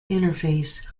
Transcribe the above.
interface